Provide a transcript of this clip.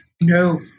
No